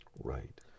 Right